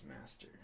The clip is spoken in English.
master